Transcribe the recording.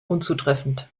unzutreffend